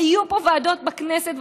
היו פה ועדות בכנסת,